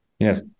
Yes